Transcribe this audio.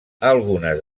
algunes